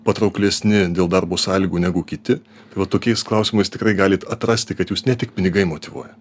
patrauklesni dėl darbo sąlygų negu kiti tai va tokiais klausimais tikrai galit atrasti kad jus ne tik pinigai motyvuoja